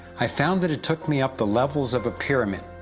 i found that it took me up the levels of a pyramid.